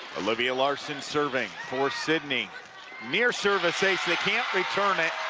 olivia larsen serving for sidney near service ace they can't return it